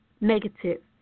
negative